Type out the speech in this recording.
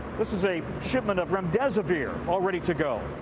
this is a shipment of remdesivir all ready to go.